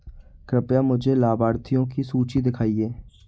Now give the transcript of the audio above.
कृपया मुझे लाभार्थियों की सूची दिखाइए